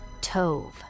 Tove